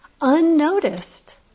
Unnoticed